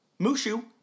Mushu